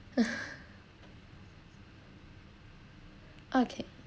okay